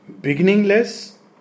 beginningless